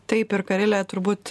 taip ir karile turbūt